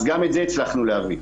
אז גם את זה הצלחנו להביא.